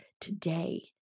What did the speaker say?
today